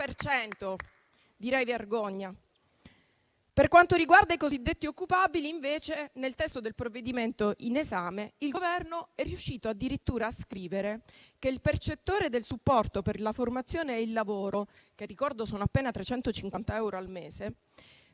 Per quanto riguarda invece i cosiddetti occupabili, nel testo del provvedimento in esame il Governo è riuscito addirittura a scrivere che il percettore del supporto per la formazione e il lavoro - ricordo, sono appena 350 euro al mese